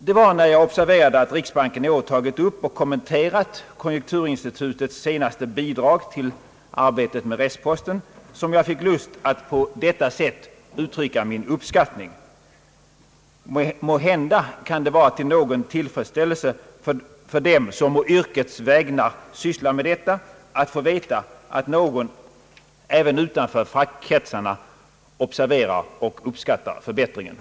Det var när jag observerade att riksbanken i år tagit upp och kommenterat konjunkturinstitutets senaste bidrag till arbetet med restposten, som jag fick lust att på detta sätt uttrycka min uppskattning. Måhända kan det vara till någon tillfredsställelse för dem som å yrkets vägnar sysslar med detta att få veta att även någon utanför fackkretsarna observerar och uppskattar förbättringarna.